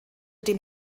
dem